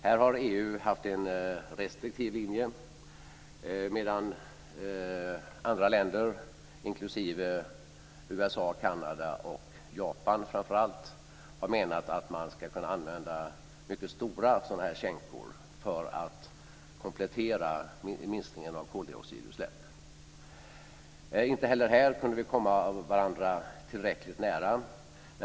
Här har EU haft en restriktiv linje, medan andra länder, inklusive USA, Kanada och framför allt Japan, har menat att man ska kunna använda mycket stora sådana här sänkor för att komplettera minskningen av koldioxidutsläppen. Inte heller här kunde vi komma varandra tillräckligt nära.